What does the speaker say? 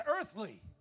earthly